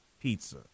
pizza